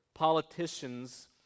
politicians